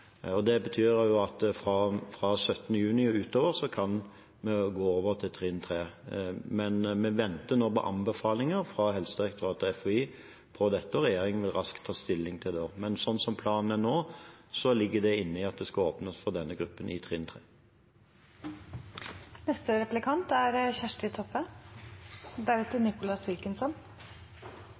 Det betyr at fra 17. juni og utover kan vi gå over til trinn 3. Vi venter nå på anbefalinger fra Helsedirektoratet og FHI på dette, og regjeringen vil raskt ta stilling til det da. Men slik planen er nå, ligger det inne at det skal åpnes for denne gruppen i trinn